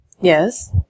Yes